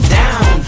down